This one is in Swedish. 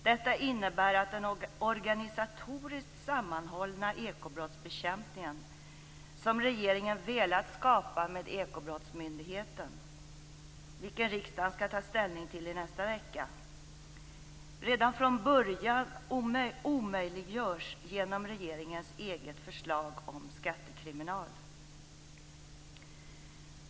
Detta innebär att den organisatoriskt sammanhållna ekobrottsbekämpning som regeringen velat skapa med Ekobrottsmyndigheten - som riksdagen skall ta ställning till i nästa vecka - redan från början omöjliggörs genom regeringens eget förslag om skattekriminal.